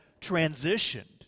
transitioned